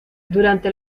durante